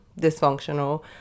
dysfunctional